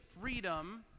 freedom